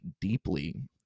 deeply